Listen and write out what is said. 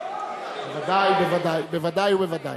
ודאי ובוודאי.